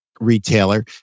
retailer